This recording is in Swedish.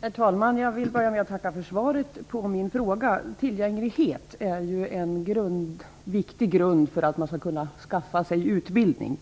Herr talman! Jag vill börja med att tacka för svaret på min fråga. Tillgänglighet är en viktig grund för att man skall kunna skaffa sig utbildning.